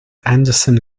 anderson